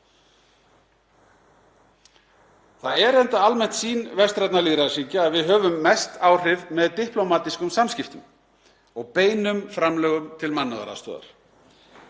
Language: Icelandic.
Það er reyndar almenn sýn vestrænna lýðræðisríkja að við höfum mest áhrif með diplómatískum samskiptum og beinum framlögum til mannúðaraðstoðar.